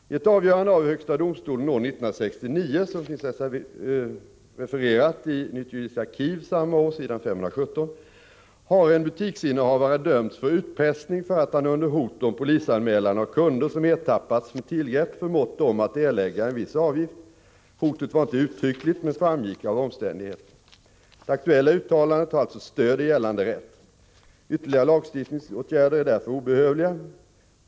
I ett avgörande av högsta domstolen år 1969, som finns refererat i Nytt juridiskt arkiv samma år , har en butiksinnehavare dömts för utpressning för att han under hot om polisanmälan av kunder som ertappats med tillgrepp förmått dem att erlägga en viss avgift. Hotet var inte uttryckligt men framgick av omständigheterna. Det aktuella uttalandet har alltså stöd i gällande rätt. Ytterligare lagstiftningsåtgärder är därför obehövliga.